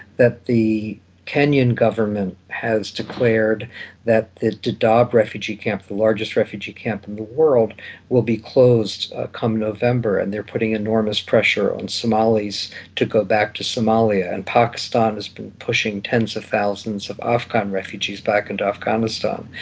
that the kenyan government has declared that the dadaab refugee camp, the largest refugee camp in and the world will be closed come november, and they are putting enormous pressure on somalis to go back to somalia, and pakistan has been pushing tens of thousands of afghan refugees back into afghanistan.